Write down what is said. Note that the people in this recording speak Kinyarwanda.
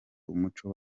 umuco